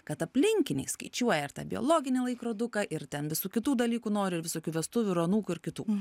kad aplinkiniai skaičiuoja ir tą biologinį laikroduką ir ten visų kitų dalykų nori ir visokių vestuvių ir anūkų ir kitų